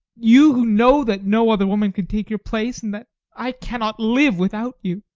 you who know that no other woman can take your place, and that i cannot live without you!